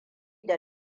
da